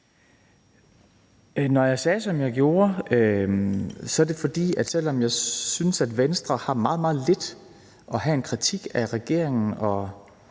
Når jeg sagde, som jeg gjorde, er det, fordi Venstre – selv om jeg synes, at Venstre har meget, meget lidt at have en kritik af regeringen og